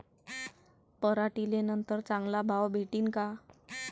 पराटीले नंतर चांगला भाव भेटीन का?